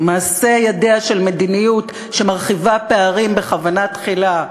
מעשה ידיה של מדיניות שמרחיבה פערים בכוונה תחילה.